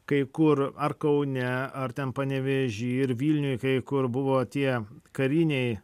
kai kur ar kaune ar ten panevėžy ir vilniuj kai kur buvo tie kariniai